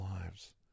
lives